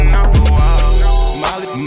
Molly